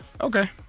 Okay